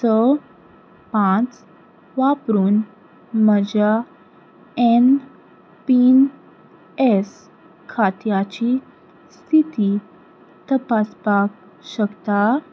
स पांच वापरून म्हज्या ऍन पी ऍस खात्याची स्थिती तपासपाक शकता